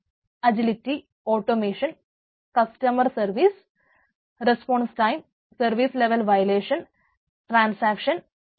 വേറെ കുറെ മെട്രിക്കുകളും ടൈം